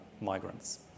migrants